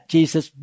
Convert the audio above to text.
Jesus